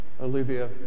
Olivia